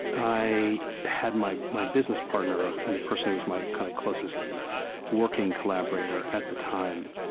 i had my my business partner and the person who was my kind of closest working collaborator at the time